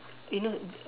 eh no